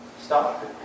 Stop